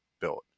built